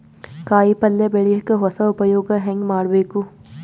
ಕಾಯಿ ಪಲ್ಯ ಬೆಳಿಯಕ ಹೊಸ ಉಪಯೊಗ ಹೆಂಗ ಮಾಡಬೇಕು?